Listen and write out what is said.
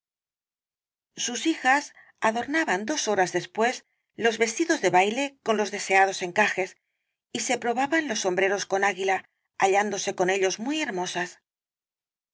sus hijas adornaban dos horas después los vestidos de baile con los deseados encajes y se probaban los sombreros con águila hallándose con ellos muy hermosas